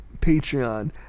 Patreon